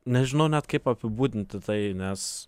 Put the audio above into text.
nežinau net kaip apibūdinti tai nes